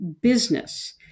business